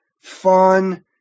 fun